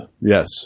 Yes